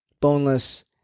boneless